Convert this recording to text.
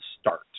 start